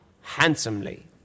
handsomely